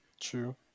true